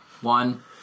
One